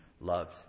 loved